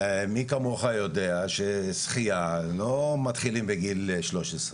ומי כמוך יודע ששחיה לא מתחילים בגיל שלוש עשרה.